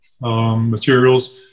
materials